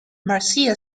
marcia